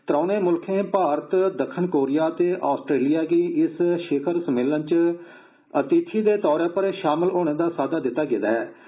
त्रोणं मुल्खें भारत दक्खन कोरिया ते आस्ट्रेलिया गी इस शिखर सम्मेलन च आतिथि दे तौर पर शामल होने दा साद्दा दिता गेआ हा